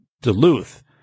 Duluth